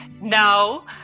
now